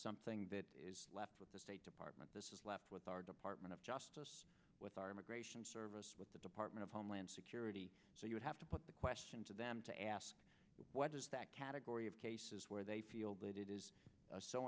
something that is left with the state department this is left with our department of justice with our immigration service with the department of homeland security so you would have to put the question to them to ask what does that category of cases where they feel that it is so